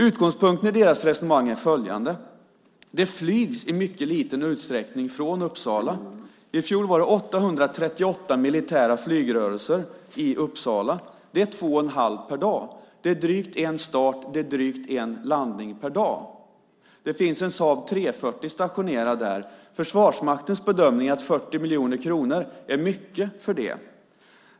Utgångspunkten i deras resonemang är följande: Det flygs i mycket liten utsträckning från Uppsala. I fjol var det 838 militära flygrörelser i Uppsala. Det är 2 1⁄2 per dag. Det är drygt en start och drygt en landning per dag. Det finns en Saab 340 stationerad där. Försvarsmaktens bedömning är att 40 miljoner kronor är mycket för det.